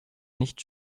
nicht